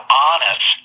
honest